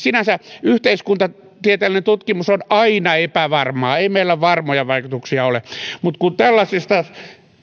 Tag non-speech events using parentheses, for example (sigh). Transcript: (unintelligible) sinänsä yhteiskuntatieteellinen tutkimus on aina epävarmaa ei meillä varmoja vaikutuksia ole mutta kun tällaisista